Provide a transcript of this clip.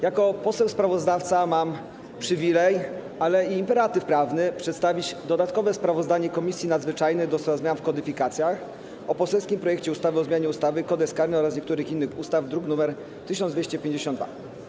Jako poseł sprawozdawca mam przywilej, ale i imperatyw prawny przedstawić dodatkowe sprawozdanie Komisji Nadzwyczajnej do spraw zmian w kodyfikacjach o poselskim projekcie ustawy o zmianie ustawy - Kodeks karny oraz niektórych innych ustaw, druk nr 1252.